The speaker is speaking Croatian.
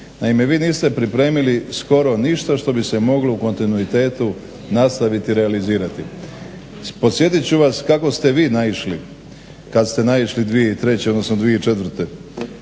Naime, vi niste pripremili skoro ništa što bi se moglo u kontinuitetu nastaviti realizirati. Podsjetit ću vas kako ste vi naišli kad ste naišli 2003., odnosno 2004.